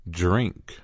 drink